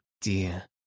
dear